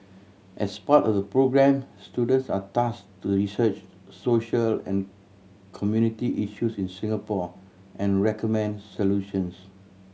as part of the programme students are task to research social and community issues in Singapore and recommend solutions